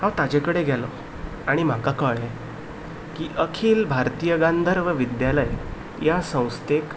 हांव ताचे कडेन गेलों आनी म्हाका कळ्ळें की अखील भारतीय गंधर्व विद्यालय ह्या संस्थेक